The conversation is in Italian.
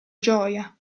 gioia